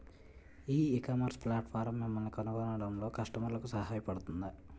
ఈ ecommerce platform మిమ్మల్ని కనుగొనడంలో కస్టమర్లకు సహాయపడుతుందా?